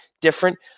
different